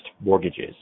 mortgages